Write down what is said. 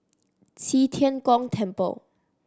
Qi Tian Gong Temple